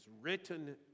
written